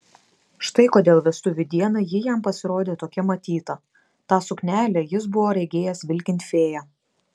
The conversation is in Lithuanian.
štai kodėl vestuvių dieną ji jam pasirodė tokia matyta tą suknelę jis buvo regėjęs vilkint fėją